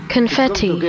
Confetti